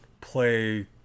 play